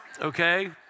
okay